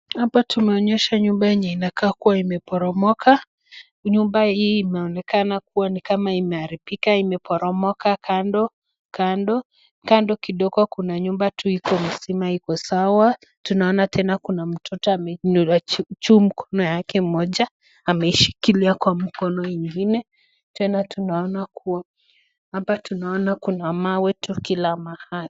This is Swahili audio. Hapa tunaonyeshwa nyumba yenye inakaa kua imeboromoka, nyumba hii inaonekana kua nikama imeharibika imeboromoka kando. Kando kidogo kuna nyumba tu ikona stima tu iko sawa, tunaona tena kuna mtoto ameinua juu mkono yake mmoja ameshikilia kwa mkono ingine , tena tunaona kua hapa kuna mawe tu kila mahali .